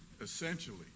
essentially